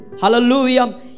Hallelujah